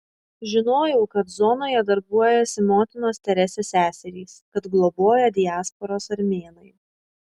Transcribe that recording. žinojau kad zonoje darbuojasi motinos teresės seserys kad globoja diasporos armėnai